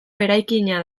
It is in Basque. eraikina